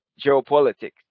geopolitics